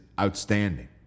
outstanding